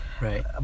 Right